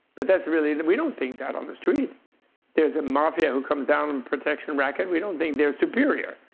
but that's really we don't think that on the street. if there's a mafia who comes down and protection racket, we don't think they're superior.